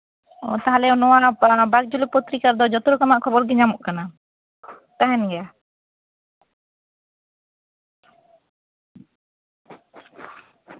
ᱚ ᱛᱟᱞᱦᱮ ᱱᱚᱣᱟ ᱵᱟᱠᱡᱩᱞᱩ ᱯᱚᱛᱨᱤᱠᱟ ᱨᱮᱫᱚ ᱡᱚᱛᱚ ᱞᱮᱠᱟᱱᱟᱜ ᱠᱷᱚᱵᱚᱨ ᱜᱮ ᱧᱟᱢᱚᱜ ᱠᱟᱱᱟ ᱛᱟᱦᱮᱸᱱ ᱜᱮᱭᱟ